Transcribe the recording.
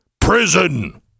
prison